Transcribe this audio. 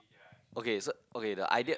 okay so okay the idea